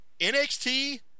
NXT